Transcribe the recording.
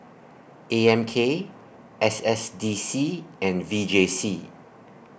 A M K S S D C and V J C